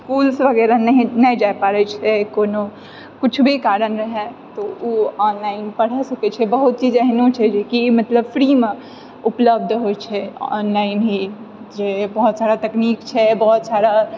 schools वगैरह नहि नहि जाइ पारैत छै कोनो कुछ भी कारण रहय तऽ ओ ऑनलाइन पढ़ि सकैत छै बहुत चीज एहनो छै कि जे मतलब फ्रीमऽ उपलब्ध होइत छै ऑनलाइन ही जे बहुत सारा तकनीक छै बहुत सारा